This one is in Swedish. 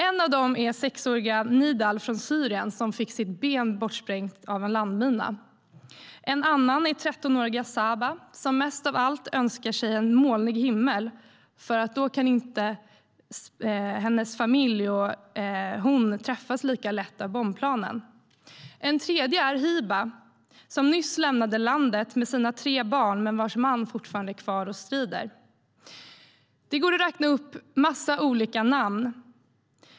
En av dem är sexåriga Nidal från Syrien som fick sitt ben bortsprängt av en landmina. En annan är 13-åriga Saba som mest av allt önskar sig en molnig himmel eftersom hennes familj och hon då inte lika lätt träffas av bomber från bombplanen. En tredje är Hiba som nyss lämnade landet med sina tre barn men vars man fortfarande är kvar och strider. Det går att räkna upp en massa olika namn.